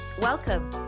Welcome